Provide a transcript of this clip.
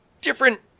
different